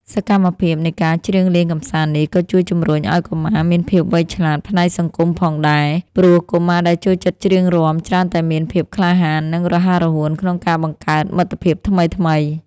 សកម្មភាពនៃការច្រៀងលេងកម្សាន្តនេះ ក៏ជួយជំរុញឱ្យកុមារមានភាពវៃឆ្លាតផ្នែកសង្គមផងដែរ ព្រោះកុមារដែលចូលចិត្តច្រៀងរាំ ច្រើនតែមានភាពក្លាហាន និងរហ័សរហួនក្នុងការបង្កើតមិត្តភាពថ្មីៗ។